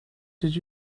did